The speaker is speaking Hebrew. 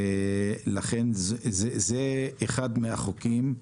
ולכן זה אחד מהחוקים,